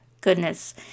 goodness